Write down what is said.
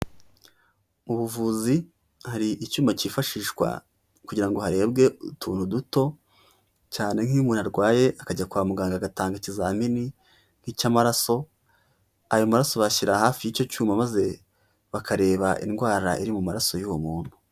Mu buvuzi hari icyuma kifashishwa kugira ngo harebwe utuntu duto cyane nk'iyo umuntu arwaye akajya kwa muganga agatanga ikizamini nk'icy'amaraso, ayo maraso bayashyira hafi y'icyo cyuma maze bakareba indwara iri mu maraso y'uwo muntu.